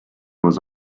was